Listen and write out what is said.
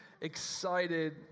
excited